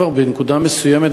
כבר בנקודה מסוימת,